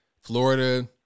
Florida